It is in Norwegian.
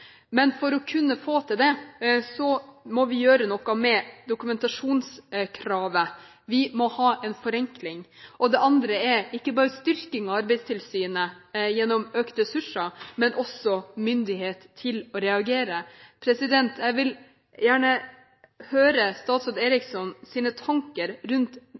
men for å kunne få til det må vi gjøre noe med dokumentasjonskravet. Vi må ha en forenkling. Det andre tiltaket handler ikke bare om styrking av Arbeidstilsynet gjennom økte ressurser, men det handler også om å gi tilsynet myndighet til å reagere. Jeg vil gjerne høre statsråd Erikssons tanker rundt